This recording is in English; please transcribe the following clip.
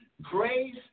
Grace